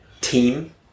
team